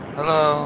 Hello